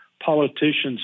politicians